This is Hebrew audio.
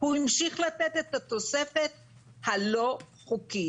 הוא המשיך לתת את התוספת הלא חוקית.